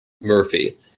Murphy